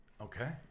Okay